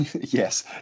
Yes